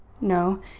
No